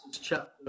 chapter